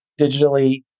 digitally